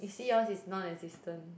you see yours is non-existent